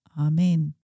Amen